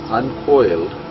uncoiled